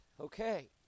okay